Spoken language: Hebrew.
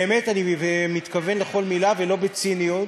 באמת אני מתכוון לכל מילה, ולא בציניות,